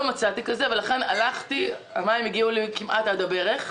לא מצאתי אפיק שכזה אז הלכתי בתוך המים שהגיעו עד לברך.